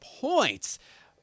points